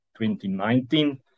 2019